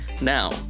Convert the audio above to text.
Now